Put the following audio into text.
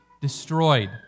destroyed